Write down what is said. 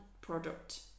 product